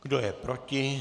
Kdo je proti?